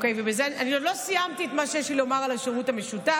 אני עוד לא סיימתי את מה שיש לי לומר על השירות המשותף.